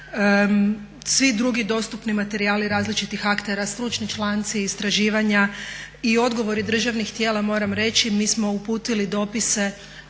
svi drugi dostupni materijali različitih aktera, stručni članci, istraživanja i odgovori državnih tijela. Moram reći mi smo uputili dopise